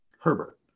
Herbert